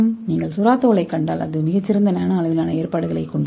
நீங்கள் சுறா தோலைக் கண்டால் அது மிகச் சிறந்த நானோ அளவிலான ஏற்பாடுகளைக் கொண்டுள்ளது